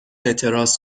اعتراض